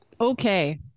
Okay